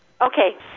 okay